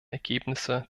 ergebnisse